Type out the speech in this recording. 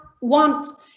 want